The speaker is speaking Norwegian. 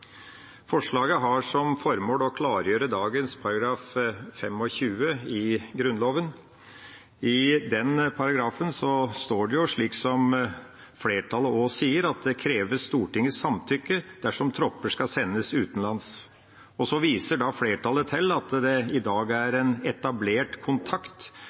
Forslaget har som formål å klargjøre dagens § 25 i Grunnloven. I den paragrafen står det, slik flertallet også sier, at det krever Stortingets samtykke dersom tropper skal sendes utenlands. Flertallet viser til at det i dag er en etablert kontakt